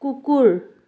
কুকুৰ